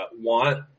want